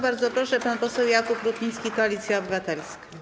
Bardzo proszę, pan poseł Jakub Rutnicki, Koalicja Obywatelska.